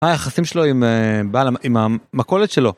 מה היחסים שלו עם המכולת שלו?